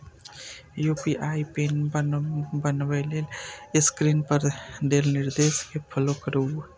UPI pin बनबै लेल screen पर देल निर्देश कें फॉलो करू